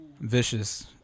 Vicious